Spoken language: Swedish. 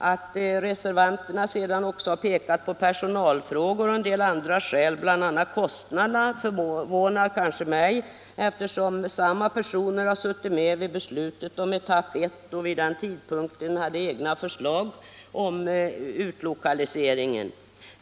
Att reservanterna sedan har pekat också på personalfrågorna och andra skäl, bl.a. kostnaderna, förvånar kanske mig, eftersom samma personer har suttit med vid beslutet om etapp 1 och vid den tidpunkten haft egna förslag om utlokaliseringen.